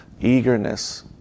eagerness